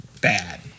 bad